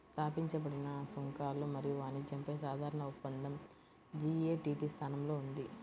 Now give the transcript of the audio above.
స్థాపించబడిన సుంకాలు మరియు వాణిజ్యంపై సాధారణ ఒప్పందం జి.ఎ.టి.టి స్థానంలో ఉంది